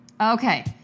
Okay